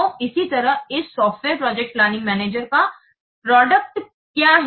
तो इसी तरह इस सॉफ्टवेयर प्रोजेक्ट प्लानिंग मैनेजर का प्रोडक्ट क्या है